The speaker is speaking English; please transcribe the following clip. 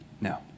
no